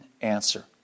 answer